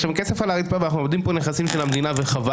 יש שם כסף על הרצפה ואנחנו עובדים פה עם נכסים של המדינה וחבל.